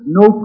no